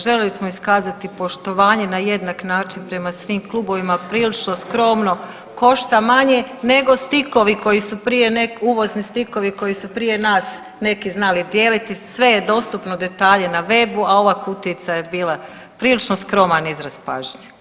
Želili smo iskazati poštovanje na jednak način prema svim klubovima prilično skromno, košta manje nego stikovi koji su prije, uvozni stikovi koji su prije nas neki znali dijeliti, sve je dostupno, detalji na webu, a ova kutijica je bila prilično skroman izraz pažnje.